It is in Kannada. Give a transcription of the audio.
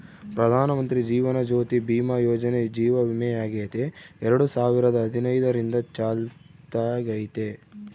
ಪ್ರಧಾನಮಂತ್ರಿ ಜೀವನ ಜ್ಯೋತಿ ಭೀಮಾ ಯೋಜನೆ ಜೀವ ವಿಮೆಯಾಗೆತೆ ಎರಡು ಸಾವಿರದ ಹದಿನೈದರಿಂದ ಚಾಲ್ತ್ಯಾಗೈತೆ